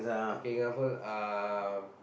okay for example uh